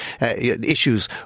issues